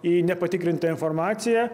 į nepatikrintą informaciją